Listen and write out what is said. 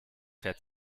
fährt